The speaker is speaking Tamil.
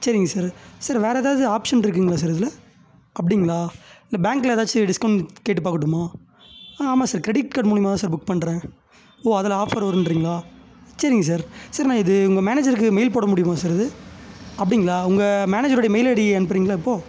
சரிங்க சார் சார் வேறு ஏதாவது ஆப்ஷன் இருக்குதுங்களா சார் இதில் அப்படிங்களா இல்லை பேங்க்கில் ஏதாச்சும் டிஸ்கவுண்ட் கேட்டுப் பார்க்கட்டுமா ஆ ஆமாம் சார் க்ரெடிட் கார்ட் மூலிமா தான் சார் புக் பண்ணுறேன் ஓ அதில் ஆஃபர் வருங்றீங்களா சரிங்க சார் சார் நான் இது உங்கள் மேனேஜருக்கு மெயில் போட முடியுமா சார் இது அப்படிங்களா உங்கள் மேனேஜரோடய மெயில் ஐடி அனுப்புகிறீங்களா இப்போது